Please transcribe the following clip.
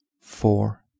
four